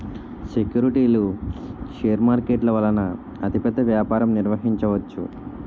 సెక్యూరిటీలు షేర్ మార్కెట్ల వలన అతిపెద్ద వ్యాపారం నిర్వహించవచ్చు